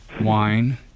wine